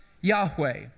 Yahweh